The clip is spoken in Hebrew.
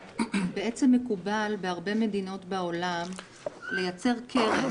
מקובל בהרבה מדינות בעולם לייצר קרן,